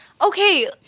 Okay